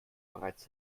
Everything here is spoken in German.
bereits